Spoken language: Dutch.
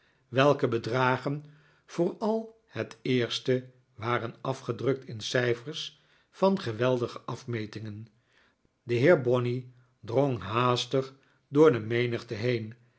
welke bedragen vooral het eerste waren afgedrukt in cijfers van geweldige afmetingen de heer bonney drong haastig door de menigte heen